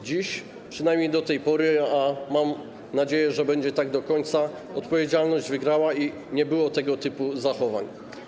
Dziś, przynajmniej do tej pory, a mam nadzieję, że będzie tak do końca, odpowiedzialność wygrała i nie było tego typu zachowań.